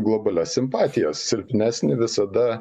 globalias simpatijas silpnesnį visada